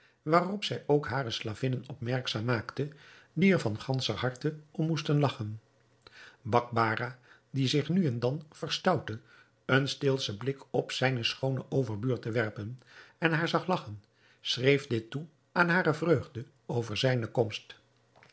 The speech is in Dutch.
waarop zij ook hare slavinnen opmerkzaam maakte die er van ganscher harte om moesten lagchen bakbarah die zich nu en dan verstoutte een steelschen blik op zijne schoone overbuur te werpen en haar zag lagchen schreef dit toe aan hare vreugde over zijne komst